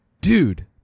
Dude